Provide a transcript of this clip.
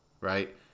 right